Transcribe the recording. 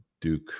duke